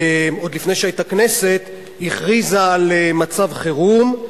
עוד לפני שהיתה כנסת, הכריזה על מצב חירום.